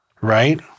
right